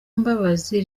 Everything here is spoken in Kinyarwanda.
mbabazi